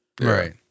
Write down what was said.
Right